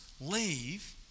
leave